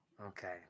Okay